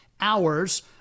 hours